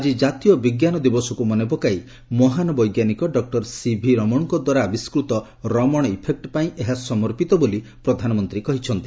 ଆଜି ଜାତୀୟ ବିଜ୍ଞାନ ଦିବସକୁ ମନେପକାଇ ମହାନ୍ ବୈଜ୍ଞାନିକ ଡକ୍ଟର ସିଭିରଣଙ୍କ ଦ୍ୱାରା ଆବିଷ୍କୃତ ରମଣ ଇଫେକ୍ ପାଇଁ ଏହା ସମର୍ପିତ ବୋଲି କହିଛନ୍ତି